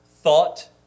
thought